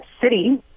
City